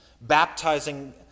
baptizing